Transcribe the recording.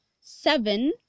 seven